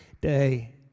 day